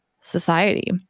society